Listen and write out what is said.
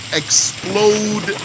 explode